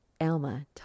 Alma